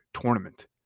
tournament